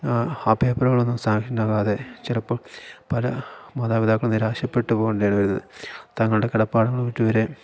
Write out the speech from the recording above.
ആ പേപ്പറുകളൊന്നും സാൻക്ഷനാകാതെ ചിലപ്പം പല മാതാപിതാക്കൾ നിരാശപ്പെട്ട് പോകേണ്ടതാണ് വരുന്നത് തങ്ങളുടെ കിടപ്പാടങ്ങൾ വിറ്റുവരെ